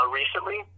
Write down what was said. recently